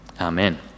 Amen